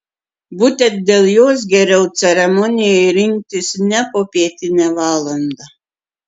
būtent dėl jos geriau ceremonijai rinktis ne popietinę valandą